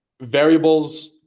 variables